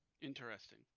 interesting